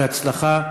בהצלחה.